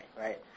right